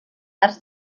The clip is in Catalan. arts